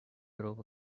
drove